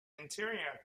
interior